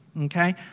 Okay